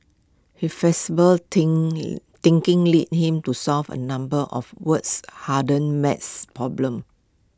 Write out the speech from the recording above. he flexible think thinking lead him to solve A number of world's harden maths problems